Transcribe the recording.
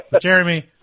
Jeremy